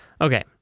okay